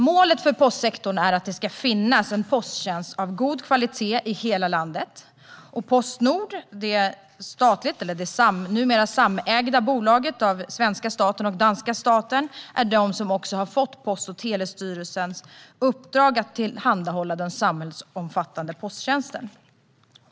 Målet för postsektorn är att det ska finnas en posttjänst av god kvalitet i hela landet. Postnord, ett bolag som numera samägs av den danska och den svenska staten, är de som också har fått Post och telestyrelsens uppdrag att tillhandahålla den samhällsomfattande posttjänsten.